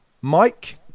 Mike